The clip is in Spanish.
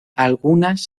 algunas